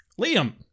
liam